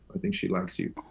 i think she likes you.